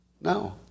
no